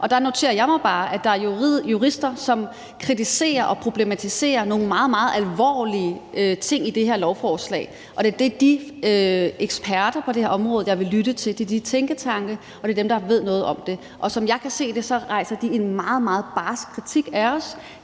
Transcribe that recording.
og der noterer jeg mig bare, at der er jurister, som kritiserer og problematiserer nogle meget, meget alvorlige ting i det her lovforslag. Det er de eksperter og tænketanke, der er på det her område, og det er dem, der ved noget om det, som jeg vil lytte til. Som jeg kan se det, rejser de en meget, meget barsk kritik af os,